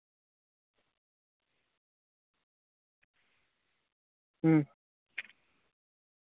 ᱦᱩᱸ